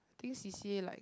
think C_C_A like